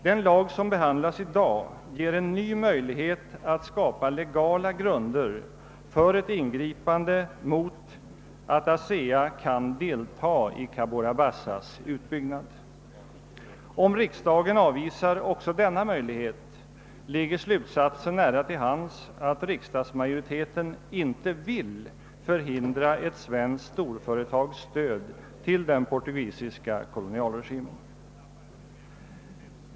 Den lag som behandlas i dag ger en ny möjlighet att skapa legala grunder för ett ingripande i syfte att förhindra att ASEA kan delta i Cabora Bassas utbyggnad. Om riksda gen avvisar också denna möjlighet, ligger slutsatsen nära till hands att riksdagsmajoriteten inte vill förhindra ett svenskt storföretags stöd till den portugisiska kolonialregimen.